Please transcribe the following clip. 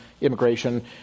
immigration